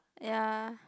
ya